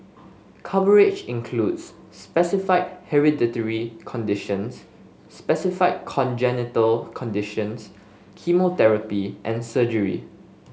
coverage includes specified hereditary conditions specified congenital conditions chemotherapy and surgery